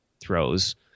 throws